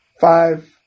five